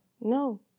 No